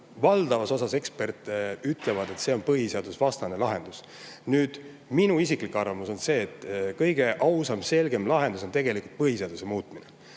Valdav osa eksperte ütleb, et see on põhiseadusvastane lahendus. Minu isiklik arvamus on see, et kõige ausam ja selgem lahendus on tegelikult põhiseaduse muutmine.